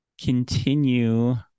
Continue